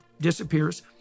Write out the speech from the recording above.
disappears